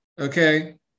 Okay